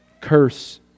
curse